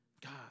God